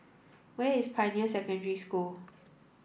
where is Pioneer Secondary School